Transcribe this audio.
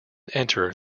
enter